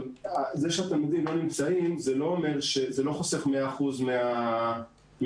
אבל זה שהתלמידים לא נמצאים זה לא חוסך 100% מהתשלומים.